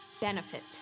benefit